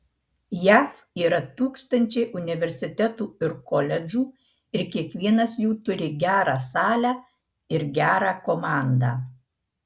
jav yra tūkstančiai universitetų ir koledžų ir kiekvienas jų turi gerą salę ir gerą komandą